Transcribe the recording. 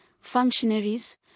functionaries